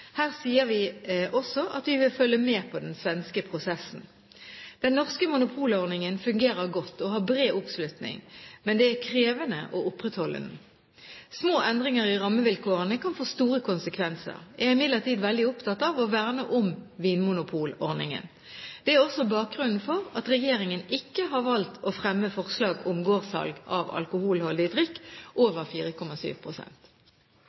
Her sier vi også at vi vil følge med på den svenske prosessen. Den norske monopolordningen fungerer godt og har bred oppslutning, men det er krevende å opprettholde den. Små endringer i rammevilkårene kan få store konsekvenser. Jeg er imidlertid veldig opptatt av å verne om vinmonopolordningen. Det er også bakgrunnen for at regjeringen ikke har valgt å fremme forslag om gårdssalg av alkoholholdig drikk